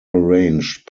arranged